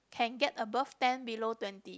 can get above ten below twenty